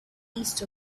east